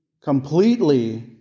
completely